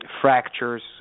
fractures